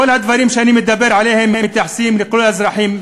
כל הדברים שאני מדבר עליהם מתייחסים לכל האזרחים,